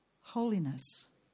holiness